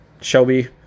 Shelby